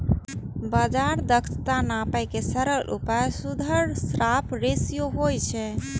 बाजार दक्षताक नापै के सरल उपाय सुधरल शार्प रेसियो होइ छै